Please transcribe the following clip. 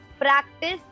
practice